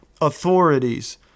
authorities